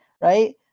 right